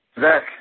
Zach